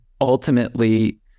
ultimately